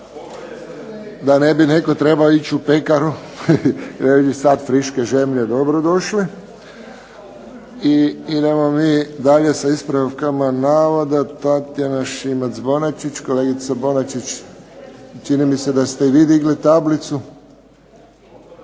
da ne bi netko trebao ići u pekaru jer bi sad friške žemlje dobro došle. I idemo mi dalje s ispravkama navoda, Tatjana Šimac-Bonačić. Kolegice Bonačić čini mi se da ste i vi digli tablicu.